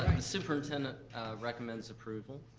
superintendent recommends approval.